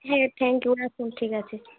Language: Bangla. হ্যাঁ থ্যাঙ্ক ইউ রাখুন ঠিক আছে